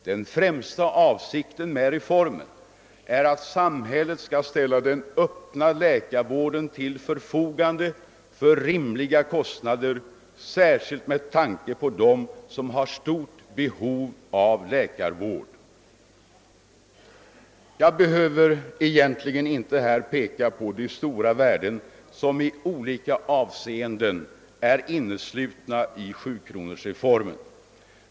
Den främsta avsikten med reformen är att samhället skall ställa den öppna läkarvården till förfogande för rimliga kostnader, särskilt med tanke på dem som har stort behov av läkarvård. Jag behöver egentligen inte här peka på de stora värden som i olika avseenden är inneslutna i sjukronorsreformen.